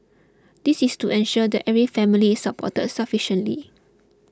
this is to ensure that every family is supported sufficiently